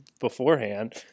beforehand